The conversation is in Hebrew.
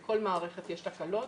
בכל מערכת יש תקלות,